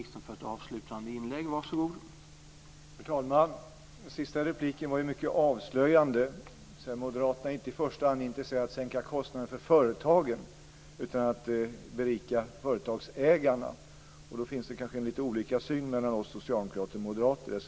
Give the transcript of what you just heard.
Herr talman! Det sista inlägget var mycket avslöjande, dvs. moderaterna är inte i första hand intresserade av att sänka kostnaderna för företagen utan vill i stället berika företagsägarna. Då finns det lite olika syn mellan oss socialdemokrater och moderaterna.